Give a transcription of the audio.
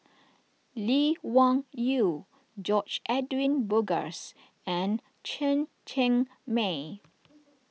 Lee Wung Yew George Edwin Bogaars and Chen Cheng Mei